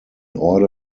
order